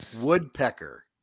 woodpecker